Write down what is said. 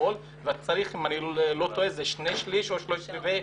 ואם אני לא טועה צריך שני שלישים או שלושת-רבעי.